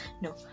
no